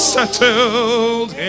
settled